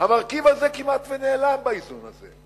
המרכיב הזה כמעט נעלם באיזון הזה.